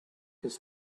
this